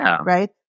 right